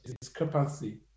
discrepancy